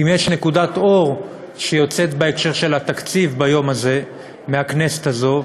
אם יש נקודת אור שיוצאת בהקשר של התקציב ביום הזה מהכנסת הזאת,